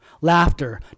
Laughter